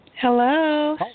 Hello